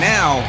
Now